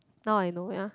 now I know ya